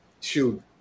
Shoot